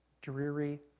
dreary